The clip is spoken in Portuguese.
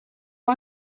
não